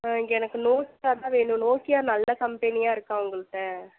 ஆ இங்கே எனக்கு நோக்கியா தான் வேணும் நோக்கியா நல்ல கம்பெனியாக இருக்கா உங்கள்கிட்ட